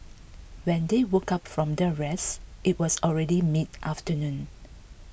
when they woke up from their rest it was already midafternoon